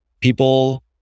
people